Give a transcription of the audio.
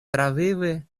travivi